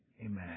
Amen